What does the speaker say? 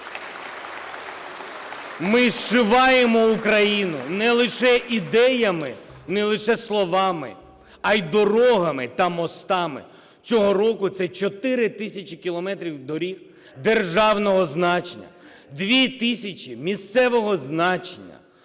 Ми зшиваємо Україну не лише ідеями, не лише словами, а й дорогами та мостами. Цього року – це 4 тисячі кілометрів доріг державного значення; 2 тисячі місцевого значення;